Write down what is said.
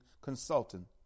consultant